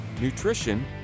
nutrition